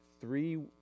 three